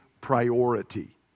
priority